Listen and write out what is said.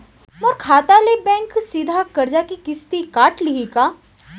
मोर खाता ले बैंक सीधा करजा के किस्ती काट लिही का?